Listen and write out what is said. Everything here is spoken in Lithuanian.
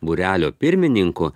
būrelio pirmininku